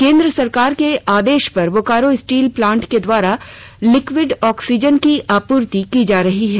केंद्र सरकार के आदेश पर बोकारो स्टील प्लांट के द्वारा लिक्विड ऑक्सीजन की आपूर्ति की जा रही है